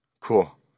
Cool